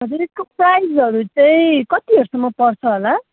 हजुर यसको प्राइसहरू चाहिँ कति जस्तोमा पर्छ होला